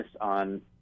on